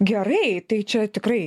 gerai tai čia tikrai